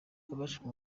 abajijwe